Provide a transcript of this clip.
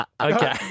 Okay